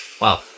Wow